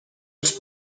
els